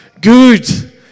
good